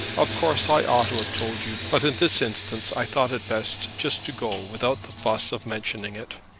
of course i ought to have told you, but in this instance i thought it best just to go without the fuss of mentioning it.